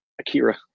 Akira